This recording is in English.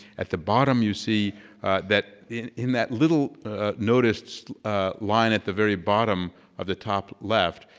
at the bottom you see that in in that little ah noticed ah line at the very bottom of the top left,